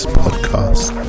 podcast